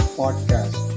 podcast